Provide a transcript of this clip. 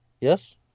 Yes